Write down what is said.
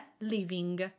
living